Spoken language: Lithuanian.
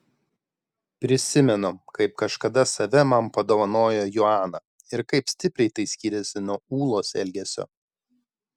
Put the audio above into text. prisimenu kaip kažkada save man padovanojo joana ir kaip stipriai tai skyrėsi nuo ūlos elgesio